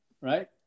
right